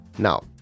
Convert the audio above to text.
Now